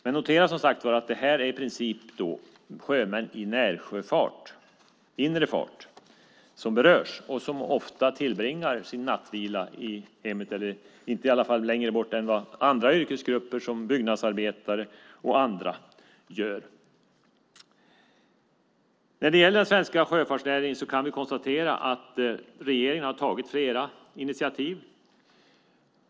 Jag noterar som sagt att det här i princip är sjömän i närsjöfart, inre sjöfart, som berörs. De tillbringar ofta sin nattvila i hemmet eller i alla fall inte längre bort än vad yrkesgrupper som byggnadsarbetare och andra gör. När det gäller den svenska sjöfartsnäringen kan vi konstatera att regeringen har tagit flera initiativ.